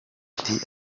ati